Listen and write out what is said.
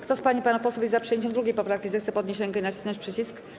Kto z pań i panów posłów jest za przyjęciem 2. poprawki, zechce podnieść rękę i nacisnąć przycisk.